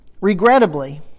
Regrettably